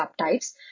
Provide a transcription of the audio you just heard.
subtypes